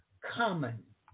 common